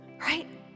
right